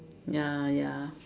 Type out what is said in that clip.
ya ya